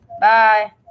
Bye